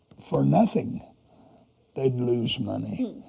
for nothing they'd lose money.